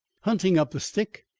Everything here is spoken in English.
hunting up the stick,